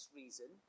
reason